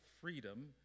freedom